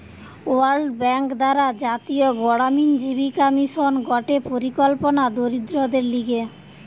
world bank দ্বারা জাতীয় গড়ামিন জীবিকা মিশন গটে পরিকল্পনা দরিদ্রদের লিগে